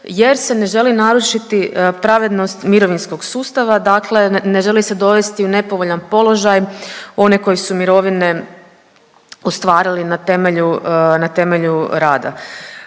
jer se ne želi narušiti pravednost mirovinskog sustava, dakle ne želi se dovesti u nepovoljan položaj one koji su mirovine ostvarili na temelju, na